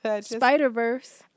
Spider-Verse